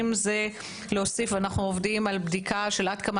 אם זה להוסיף אנחנו עובדים על בדיקה של עד כמה